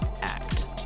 Act